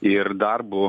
ir darbu